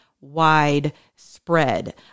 widespread